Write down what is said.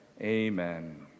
Amen